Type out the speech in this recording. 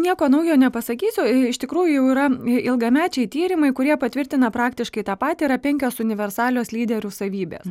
nieko naujo nepasakysiu iš tikrųjų yra ilgamečiai tyrimai kurie patvirtina praktiškai tą patį yra penkios universalios lyderių savybės